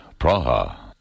Praha